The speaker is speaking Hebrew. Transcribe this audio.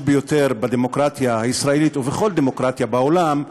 ביותר בדמוקרטיה הישראלית ובכל דמוקרטיה בעולם.